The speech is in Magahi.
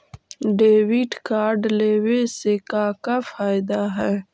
डेबिट कार्ड लेवे से का का फायदा है?